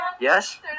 Yes